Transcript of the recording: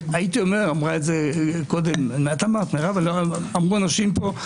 אמרו קודם אנשים פה: